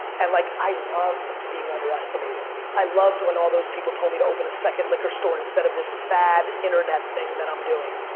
and like i loved being underestimated. i loved when all those people told me to open a second liquor store instead of this fad internet thing that i'm doing.